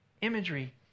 imagery